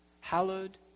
hallowed